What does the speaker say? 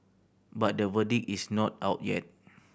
but the verdict is not out yet